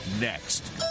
Next